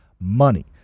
money